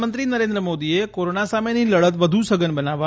પ્રધાનમંત્રી નરેન્દ્ર મોદીએ કોરોના સામેની લડત વધુ સધન બનાવવા